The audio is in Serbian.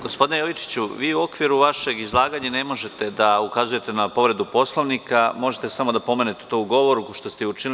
Gospodine Jovičiću, vi u okviru vašeg izlaganja ne možete da ukazujete na povredu Poslovnika, možete samo da pomenete to u govoru što ste i učinili.